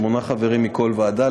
שמונה חברים מכל ועדה,